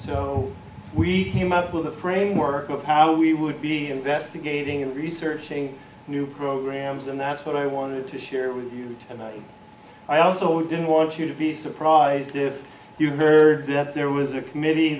so we came up with the framework of how we would be investigating and researching new programs and that's what i wanted to share with you and i also didn't want you to be surprised if you her death there was a committee